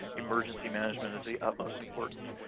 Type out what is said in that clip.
emergency management is the utmost importance.